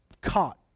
caught